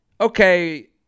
okay